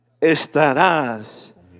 estarás